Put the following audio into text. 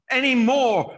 anymore